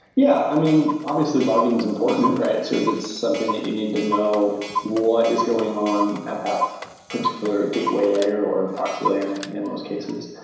yeah. i mean, obviously logging is important, right? so it's something that you need to know what is going on at that particular gateway layer, or the proxy layer and in most cases.